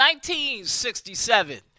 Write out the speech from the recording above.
1967